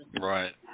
right